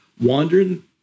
Wandering